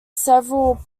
several